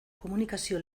komunikazio